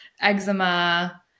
eczema